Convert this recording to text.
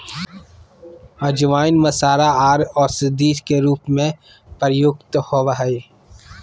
अजवाइन मसाला आर औषधि के रूप में प्रयुक्त होबय हइ